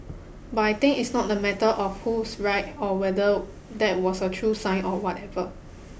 but I think it's not a matter of who's right or whether that was a true sign or whatever